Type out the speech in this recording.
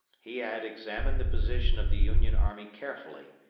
he had examined the position of the union army carefully,